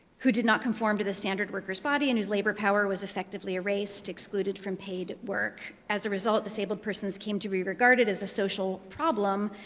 who did not conform to the standard worker's body, and whose labor power was effectively erased, excluded from paid work. as a result, disabled persons came to be regarded as a social problem,